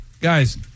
Guys